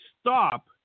stop